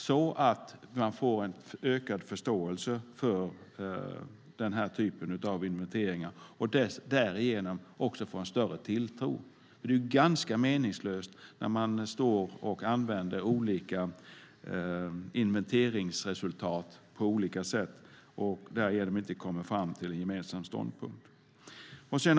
På det sättet får man en ökad förståelse för den här typen av inventeringar och därigenom en större tilltro till dem. Det är ju ganska meningslöst om man använder inventeringsresultat på olika sätt och därigenom inte kommer fram till en gemensam ståndpunkt.